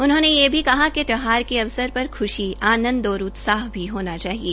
उन्होंने यह भी कहा कि त्यौहार के अवसर पर खुशी आनंद और उल्लास भी होना चाहिए